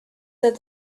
that